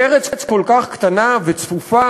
בארץ כל כך קטנה וצפופה,